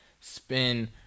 Spin